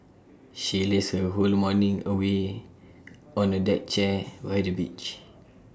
she lazed her whole morning away on A deck chair by the beach